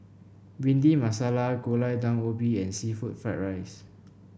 Bhindi Masala Gulai Daun Ubi and seafood Fried Rice